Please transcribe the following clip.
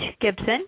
Gibson